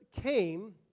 came